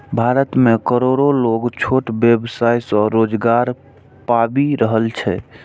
भारत मे करोड़ो लोग छोट व्यवसाय सं रोजगार पाबि रहल छै